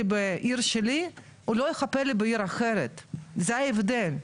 בעיר שלי הוא לא יכפה לי בעיר אחרת זה ההבדל,